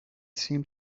seemed